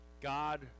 God